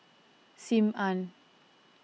Sim Ann